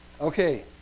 Okay